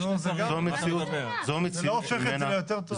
זה לא הופך את זה ליותר טוב.